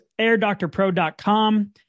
AirDoctorPro.com